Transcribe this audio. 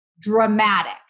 dramatic